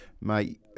mate